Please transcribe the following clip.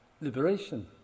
liberation